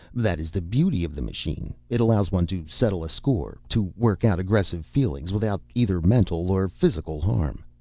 that is the beauty of the machine. it allows one to settle a score, to work out aggressive feelings, without either mental or physical harm.